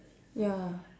ya